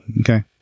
Okay